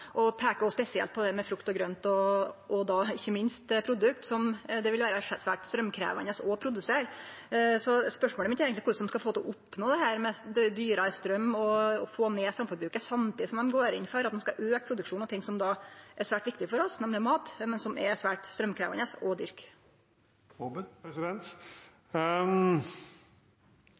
og dei peiker spesielt på det med frukt og grønt og ikkje minst produkt som det vil vere svært straumkrevjande å produsere. Spørsmålet mitt er eigentleg korleis ein skal oppnå dette med dyrare straum og å få ned straumforbruket samtidig som ein går inn for å auke produksjonen av noko som er svært viktig for oss, nemleg mat, men som er svært straumkrevjande å dyrke. Ja, Senterpartiet og